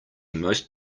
most